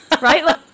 right